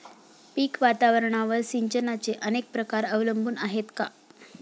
पीक वातावरणावर सिंचनाचे अनेक प्रकार अवलंबून आहेत का?